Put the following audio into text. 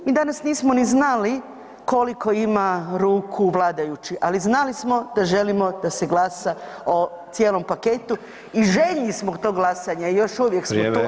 Mi danas nismo ni znali koliko ima ruku vladajući, ali znali smo da želimo da se glasa o cijelom paketu i željni smo tog glasanja i još uvijek smo tu.